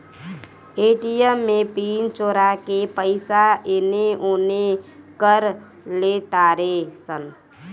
ATM में pin चोरा के पईसा एने ओने कर लेतारे सन